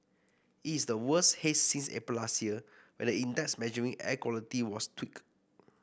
it is the worst haze since April last year when the index measuring air quality was tweaked